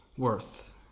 worth